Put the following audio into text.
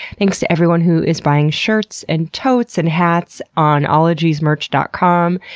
thanks to everyone who is buying shirts, and totes, and hats, on ologiesmerch dot com.